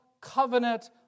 covenant